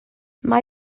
mae